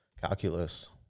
calculus